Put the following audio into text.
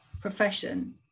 profession